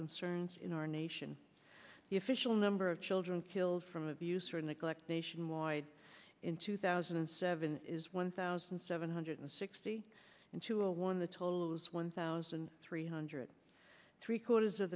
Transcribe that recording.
concerns in our nation the official number of children killed from abuse or neglect nationwide in two thousand and seven is one thousand seven hundred sixty into a one the total is one thousand three hundred three quarters of